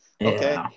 Okay